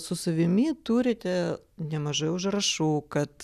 su savimi turite nemažai užrašų kad